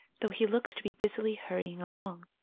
though he looks to be busily hur rying along.